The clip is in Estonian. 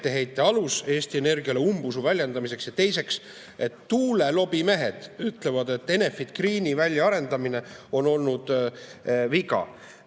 etteheite alus Eesti Energiale umbusu väljendamiseks. Teiseks, tuulelobi mehed ütlevad, et Enefit Greeni väljaarendamine on olnud viga.